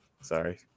Sorry